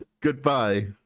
goodbye